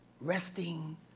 Resting